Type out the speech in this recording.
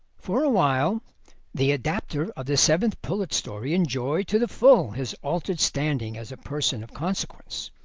for awhile the adapter of the seventh pullet story enjoyed to the full his altered standing as a person of consequence,